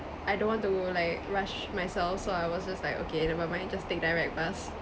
I don't want to like rush myself so I was just like okay never mind just take direct bus